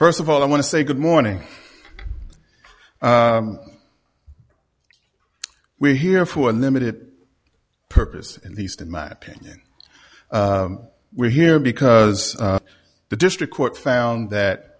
first of all i want to say good morning we're here for a limited purpose and least in my opinion we're here because the district court found that